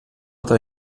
what